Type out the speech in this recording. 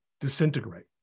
disintegrate